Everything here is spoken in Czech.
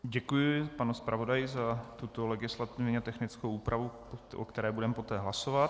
Děkuji panu zpravodaji za tuto legislativně technickou úpravu, o které budeme poté hlasovat.